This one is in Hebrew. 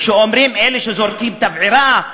אומרים: אלה שזורקים בקבוק תבערה,